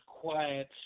quiet